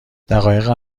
دقایق